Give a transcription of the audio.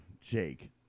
Jake